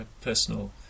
personal